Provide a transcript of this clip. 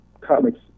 comics